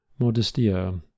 modestia